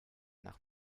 nach